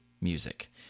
Music